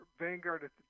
Vanguard